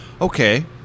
okay